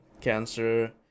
cancer